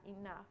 enough